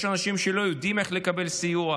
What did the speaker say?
יש אנשים שלא יודעים איך לקבל סיוע,